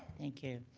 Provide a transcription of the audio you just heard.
thank you.